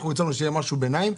אנחנו הצענו שיהיה פתרון ביניים,